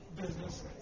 business